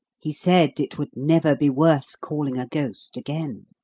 he said it would never be worth calling a ghost again.